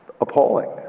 appalling